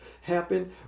happen